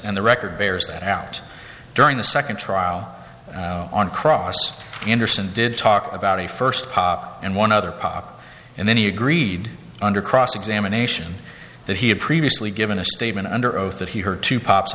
and the record bears that out during the second trial on cross enderson did talk about a first and one other pop and then he agreed under cross examination that he had previously given a statement under oath that he heard two pops